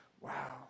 Wow